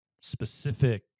specific